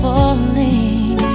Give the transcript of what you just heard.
Falling